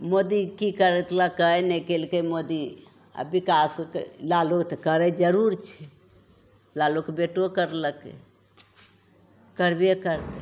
मोदी कि करलकै नहि कएलकै मोदी आओर विकास लालू तऽ करै जरूर छै लालूके बेटो करलकै करबे करतै तऽ